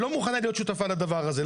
לא מוכנה להיות שותפה לדבר הזה,